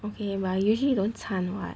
okay but I usually don't 参 [what]